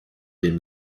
dem